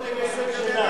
חברי הכנסת,